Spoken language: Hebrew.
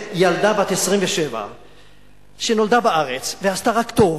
ילדה בת 27 שנולדה בארץ ועשתה רק טוב,